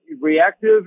reactive